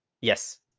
Yes